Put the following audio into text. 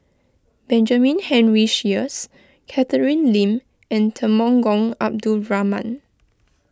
Benjamin Henry Sheares Catherine Lim and Temenggong Abdul Rahman